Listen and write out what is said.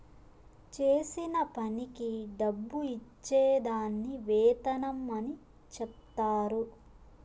చేసిన పనికి డబ్బు ఇచ్చే దాన్ని వేతనం అని చెప్తారు